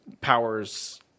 powers